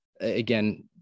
Again